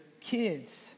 kids